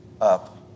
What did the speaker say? up